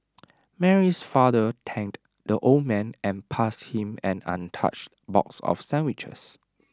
Mary's father thanked the old man and passed him an untouched box of sandwiches